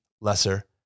lesser